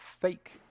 fake